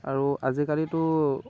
আৰু আজিকালিতো